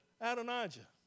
Adonijah